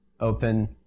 open